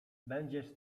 będziesz